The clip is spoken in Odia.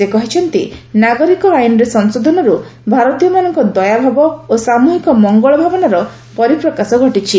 ସେ କହିଛନ୍ତି ନାଗରିକ ଆଇନରେ ସଂଶୋଧନରୁ ଭାରତୀୟମାନଙ୍କ ଦୟାଭାବ ଓ ସାମ୍ବହିକ ମଙ୍ଗଳ ଭାବନାର ପରିପ୍ରକାଶ ଘଟିଛି